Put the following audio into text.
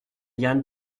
yann